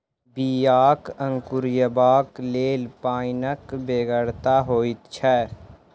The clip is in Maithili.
बियाक अंकुरयबाक लेल पाइनक बेगरता होइत छै